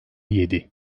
yedi